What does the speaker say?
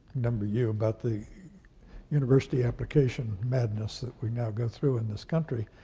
number u, about the university application madness that we now go through in this country.